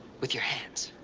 with your hands.